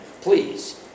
Please